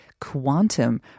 quantum